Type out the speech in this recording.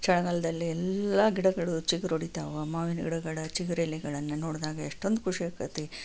ಚಳಿಗಾಲದಲ್ಲಿ ಎಲ್ಲ ಗಿಡಗಳು ಚಿಗುರೊಡೀತಾವ ಮಾವಿನ ಗಿಡಗಳ ಚಿಗುರೆಲೆಗಳನ್ನು ನೋಡಿದಾಗ ಎಷ್ಟೊಂದು ಖುಷಿಯಾಕ್ತೈತಿ